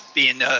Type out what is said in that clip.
being a